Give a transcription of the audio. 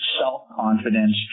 self-confidence